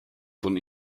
von